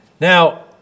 Now